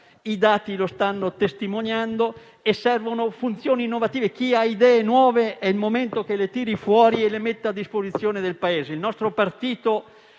i dati stanno testimoniando, e servono funzioni innovative. Chi ha idee nuove è il momento che le tiri fuori e le metta a disposizione del Paese. Il nostro partito,